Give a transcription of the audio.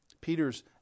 Peter's